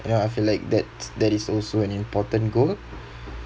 and ya I feel like that's that is also an important goal